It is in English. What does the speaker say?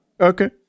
Okay